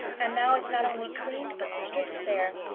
and now it's not only cleaned but stripped bare.